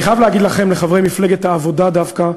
אני חייב להגיד לכם, לחברי מפלגת העבודה דווקא,